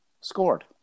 scored